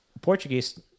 Portuguese